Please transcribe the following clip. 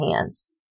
hands